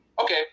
Okay